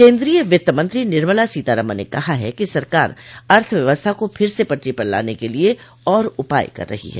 केन्द्रीय वित्तमंत्री निर्मला सीतारमन ने कहा है कि सरकार अर्थव्यवस्था को फिर से पटरी पर लाने के लिए और उपाय कर रही है